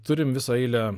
turim visą eilę